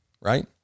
right